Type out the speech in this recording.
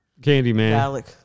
Candyman